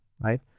right